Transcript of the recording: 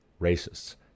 racists